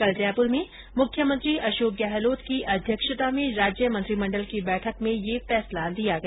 कल जयपुर में मुख्यमंत्री अशोक गहलोत की अध्यक्षता में राज्य मंत्रिमंडल की बैठक में ये फैसला लिया गया